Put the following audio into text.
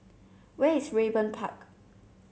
where is Raeburn Park